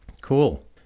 Cool